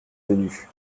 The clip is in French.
venues